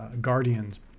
Guardians